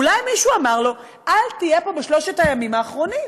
אולי מישהו אמר לו: אל תהיה פה בשלושת הימים האחרונים?